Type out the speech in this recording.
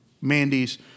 Mandy's